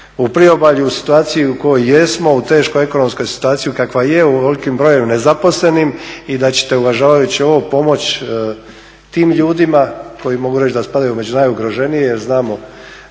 u priobalju u situaciju u kojoj jesmo u teškoj ekonomskoj situaciji kakva je, u ovolikom broju nezaposlenih i da ćete uvažavajući ovo pomoći tim ljudima koji mogu reći da spadaju među najugroženije jer znamo